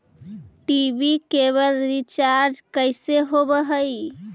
TV केवल recharge कैसे होब हइ?